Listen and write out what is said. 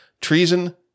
treason